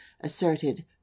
asserted